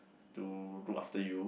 to look after you